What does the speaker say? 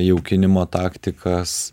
jaukinimo taktikas